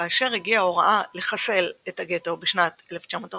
כאשר הגיעה ההוראה "לחסל" את הגטו בשנת 1943